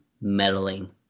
meddling